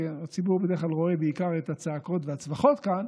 כי הציבור בדרך כלל רואה בעיקר את הצעקות והצווחות כאן,